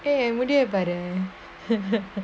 eh முடியாதுபாரேன்:mudiathu paren